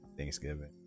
Thanksgiving